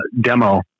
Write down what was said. demo